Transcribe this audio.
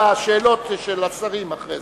לא נתקבלה.